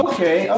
Okay